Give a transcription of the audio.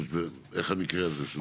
איך המקרה הזה?